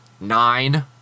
nine